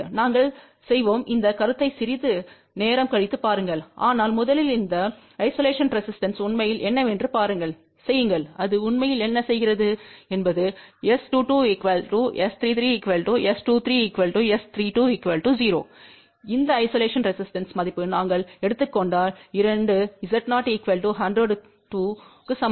நாங்கள் செய்வோம் இந்த கருத்தை சிறிது நேரம் கழித்து பாருங்கள் ஆனால் முதலில் இந்த ஐசோலேஷன் ரெசிஸ்டன்ஸ் உண்மையில் என்னவென்று பாருங்கள் செய்யுங்கள் அது உண்மையில் என்ன செய்கிறது என்பது S22 S33 S23 S32 0இந்த ஐசோலேஷன் ரெசிஸ்டன்ஸ் மதிப்பு நாங்கள் எடுத்துக் கொண்டால் 2 Z0 100 to க்கு சமம்